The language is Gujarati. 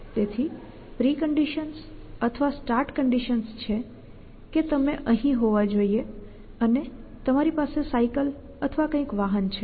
તેથી પ્રિકન્ડિશન્સ અથવા સ્ટાર્ટ કંડિશન્સ છે કે તમે અહીં હોવા જોઈએ અને તમારી પાસે સાયકલ અથવા કંઇક વાહન છે